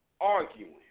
arguing